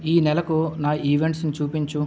ఈ నెలకు నా ఈవెంట్స్ను చూపించు